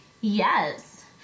Yes